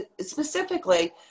Specifically